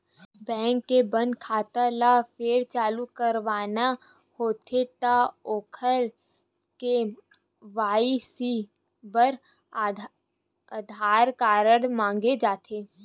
bank के बंद खाता ल फेर चालू करवाना होथे त ओखर के.वाई.सी बर आधार कारड मांगे जाथे